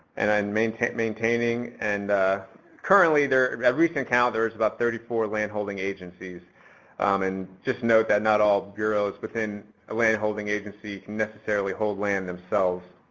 and and maintain, maintaining and currently there, at recent count there is about thirty four land holding agencies and just note that not all bureaus within a land holding agency can necessarily hold land themselves.